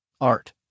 art